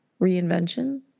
reinvention